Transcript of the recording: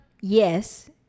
Yes